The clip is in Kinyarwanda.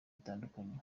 bitandukanye